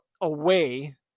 away